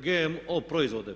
GMO proizvode.